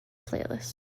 playlist